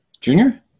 junior